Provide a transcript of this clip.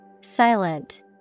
Silent